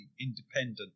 independent